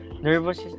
nervous